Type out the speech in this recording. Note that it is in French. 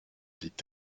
dit